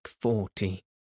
forty